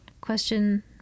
Question